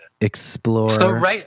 explore